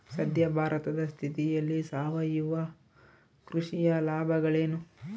ಸದ್ಯ ಭಾರತದ ಸ್ಥಿತಿಯಲ್ಲಿ ಸಾವಯವ ಕೃಷಿಯ ಲಾಭಗಳೇನು?